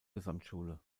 gesamtschule